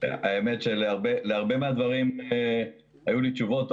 האמת היא שלהרבה מאוד דברים אין לי תשובות.